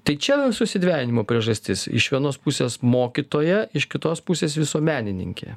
tai čia susidvejinimo priežastis iš vienos pusės mokytoja iš kitos pusės visuomenininkė